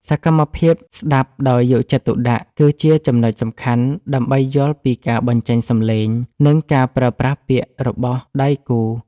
សកម្មភាពស្ដាប់ដោយយកចិត្តទុកដាក់ គឺជាចំណុចសំខាន់ដើម្បីយល់ពីការបញ្ចេញសម្លេង និងការប្រើប្រាស់ពាក្យរបស់ដៃគូ។